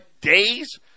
days